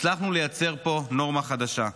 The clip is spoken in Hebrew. הצלחנו לייצר פה נורמה חדשה.